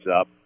up